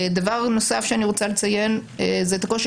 דבר נוסף שאני רוצה לציין זה את הקושי